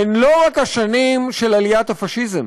הן לא רק השנים של עליית הפאשיזם